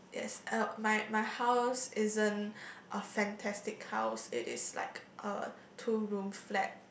yes uh my my house isn't a fantastic house it is like a two room flat